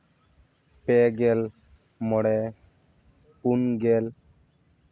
ᱯᱮ ᱜᱮᱞ ᱢᱚᱬᱮ ᱯᱩᱱ ᱜᱮᱞ